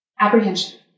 Apprehension